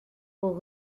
pour